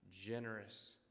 generous